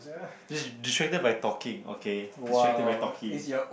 just distracted by talking okay distracted by talking